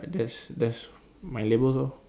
that's that's my labels lor